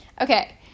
Okay